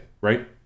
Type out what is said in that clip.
right